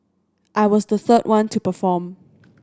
I was the third one to perform